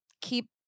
keep